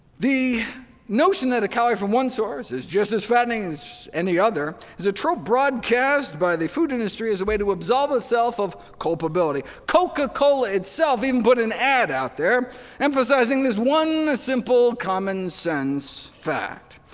the notion that a calorie from one source is just as fattening as any other is a trope broadcast by the food industry as a way to absolve itself of culpability. coca-cola itself even put an ad out there emphasizing this one simple common-sense fact.